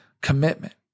commitment